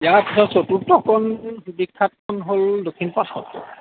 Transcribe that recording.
ইয়াৰপাছত চতুৰ্থখন বিখ্যাতখন হ'ল দক্ষিণপাট সত্ৰ